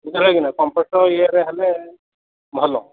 ବୁଝିଲ କି ନାହିଁ କମ୍ପୋଷ୍ଟ୍ ଇଏରେ ହେଲେ ଭଲ